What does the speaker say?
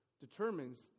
determines